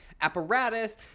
apparatus